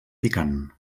picant